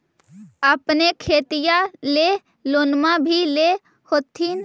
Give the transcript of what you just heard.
अपने खेतिया ले लोनमा भी ले होत्थिन?